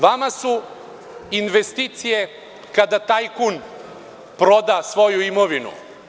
Vama su investicije kada tajkun proda svoju imovinu.